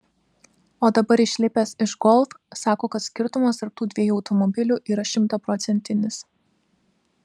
o dabar išlipęs iš golf sako kad skirtumas tarp tų dviejų automobilių yra šimtaprocentinis